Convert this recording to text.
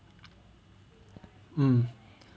mm